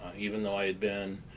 even though i had been